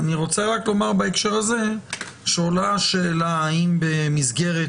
אני רוצה לומר בהקשר הזה שעולה השאלה האם במסגרת